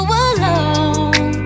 alone